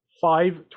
five